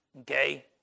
Okay